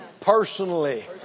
personally